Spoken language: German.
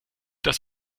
das